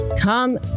Come